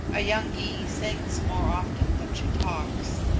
a young gy sings more often than she talks.